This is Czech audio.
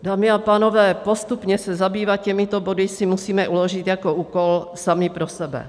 Dámy a pánové, postupně se zabývat těmito body si musíme uložit jako úkol sami pro sebe.